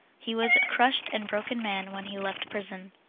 he was a crushed and broken man when he left prison.